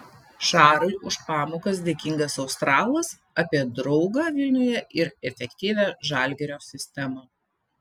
šarui už pamokas dėkingas australas apie draugą vilniuje ir efektyvią žalgirio sistemą